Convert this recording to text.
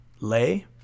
Lay